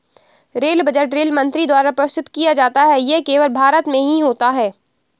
rail budget rail मंत्री द्वारा प्रस्तुत किया जाता है ये केवल भारत में ही होता है